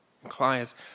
clients